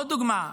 עוד דוגמה,